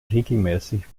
regelmäßig